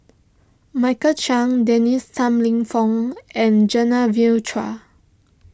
Michael Chiang Dennis Tan Lip Fong and Genevieve Chua